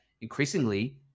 increasingly